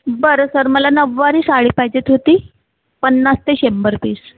बरं सर मला नऊवारी साडी पाहिजे होती पन्नास ते शंभर पीस